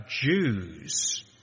Jews